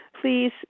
please